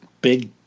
big